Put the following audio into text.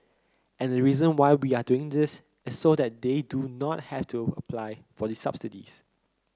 and the reason why we are doing this is so that they do not have to apply for the subsidies